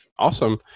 Awesome